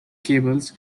cables